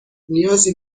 نیازی